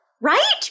right